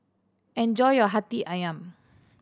enjoy your Hati Ayam